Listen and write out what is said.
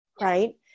right